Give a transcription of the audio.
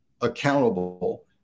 accountable